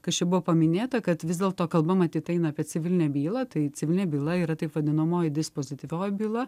kas čia buvo paminėta kad vis dėlto kalba matyt eina apie civilinę bylą tai civilinė byla yra taip vadinamoji dispozityvioji byla